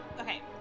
okay